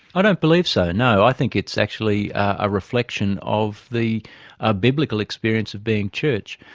i don't believe so no. i think it's actually a reflection of the ah biblical experience of being church.